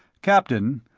captain,